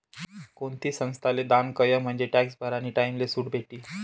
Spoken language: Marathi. कोणती संस्थाले दान कयं म्हंजे टॅक्स भरानी टाईमले सुट भेटी